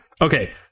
Okay